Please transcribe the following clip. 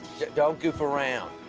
don't goof around!